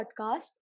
podcast